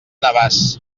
navàs